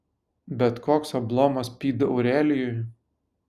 bet koks ablomas pydaurelijui